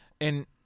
And-